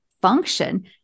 function